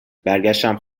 برگشتم